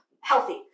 healthy